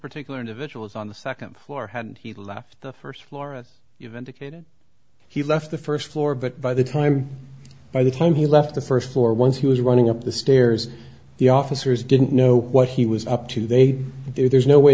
particular individual is on the second floor had he left the first floor as you've indicated he left the first floor but by the time by the time he left the first floor once he was running up the stairs the officers didn't know what he was up to they say there's no way